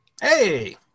Hey